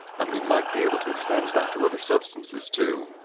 and we might be able to extend that to other substances, too.